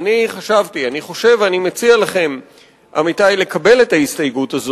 וזה תוכנה של ההסתייגות,